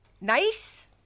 nice